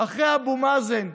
אחרי אבו מאזן,